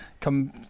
come